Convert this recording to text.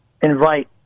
invite